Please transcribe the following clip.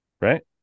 Right